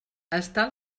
estar